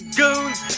goons